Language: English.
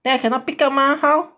then I cannot pick up mah how